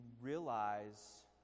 realize